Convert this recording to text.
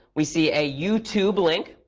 we see a youtube link.